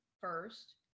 first